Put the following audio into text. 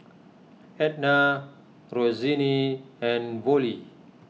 Etna Roseanne and Vollie